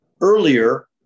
earlier